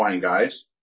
guys